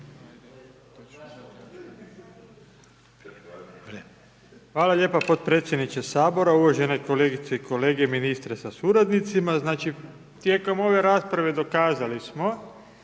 Hvala lijepa podpredsjedniče Sabora, uvažene kolegice i kolege, ministre sa suradnicima. Znači, tijekom ove rasprave dokazali smo